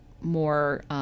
more